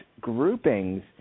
groupings